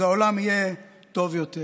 אז העולם יהיה טוב יותר.